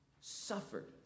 Suffered